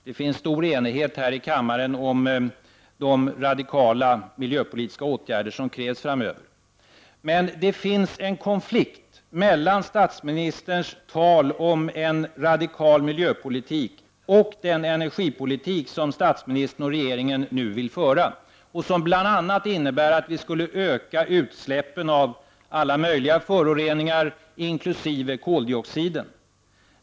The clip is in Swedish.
Det finns stor enighet här i kammaren om de radikala miljöpolitiska åtgärder som krävs framöver. Men det finns en konflikt mellan statsministerns tal om en radikal miljöpolitik och den energipolitik som statsministern och regeringen nu vill föra och som bl.a. innebär att vi skulle öka utsläppen av alla möjliga föroreningar, inkl. koldioxiden.